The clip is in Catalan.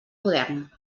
modern